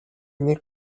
нэг